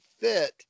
fit